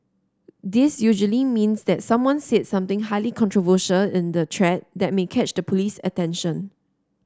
this usually means that someone said something highly controversial in the thread that may catch the police's attention